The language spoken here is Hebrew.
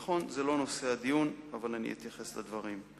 נכון, זה לא נשוא הדיון, אבל אני אתייחס לדברים.